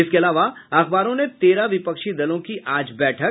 इसके अलावा अखबारों ने तेरह विपक्षी दलों की आज बैठक